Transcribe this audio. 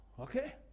Okay